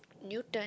Newton